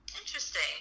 Interesting